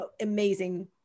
amazing